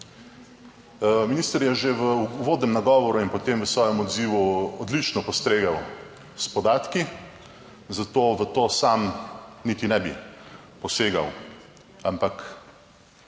Minister je že v uvodnem nagovoru in potem v svojem odzivu odlično postregel s podatki, zato v to sam niti ne bi posegal, ampak